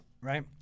right